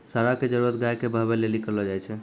साँड़ा के जरुरत गाय के बहबै लेली करलो जाय छै